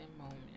moment